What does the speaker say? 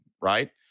right